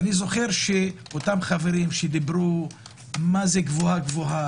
אני זוכר שאותם חברים שדיברו גבוהה-גבוהה,